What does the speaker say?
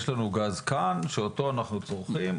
יש לנו גז כאן, שאותו אנו צורכים.